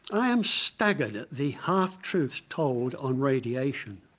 i am staggered at the half-truths told on radiation.